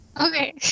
Okay